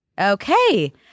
Okay